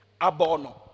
abono